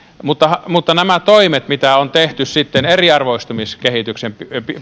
mutta mutta nämä toimet mitä on tehty sitten eriarvoistumiskehityksen